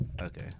Okay